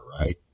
Right